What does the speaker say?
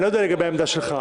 אני לא יודע לגבי העמדה שלך,